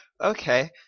Okay